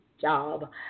job